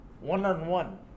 one-on-one